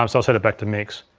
um so set it back to mix.